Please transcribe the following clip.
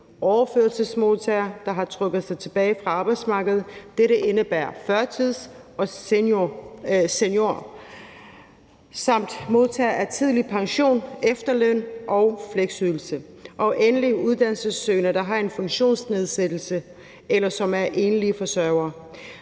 overførselsmodtagere, der har trukket sig tilbage fra arbejdsmarkedet, og dette inkluderer førtidspensionister og seniorer, samt modtagere af tidlig pension, efterløn og fleksydelse. Endelig drejer det sig også om uddannelsessøgende, der har en funktionsnedsættelse, eller som er enlige forsørgere.